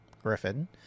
Griffin